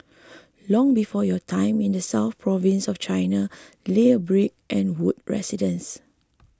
long before your time in the south province of China lay a brick and wood residence